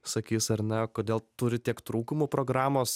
sakys ar ne kodėl turi tiek trūkumų programos